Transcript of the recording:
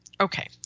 Okay